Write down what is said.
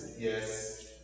Yes